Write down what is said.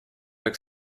как